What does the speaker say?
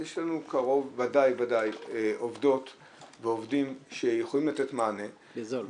יש לנו קרוב ודאי וודאי עובדות ועובדים שיכולים לתת מענה --- בזול.